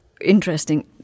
interesting